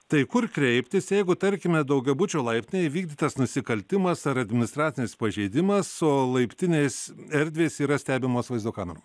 tai kur kreiptis jeigu tarkime daugiabučio laiptinėj įvykdytas nusikaltimas ar administracinis pažeidimas o laiptinės erdvės yra stebimos vaizdo kamerų